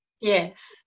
Yes